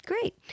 Great